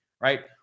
right